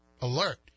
alert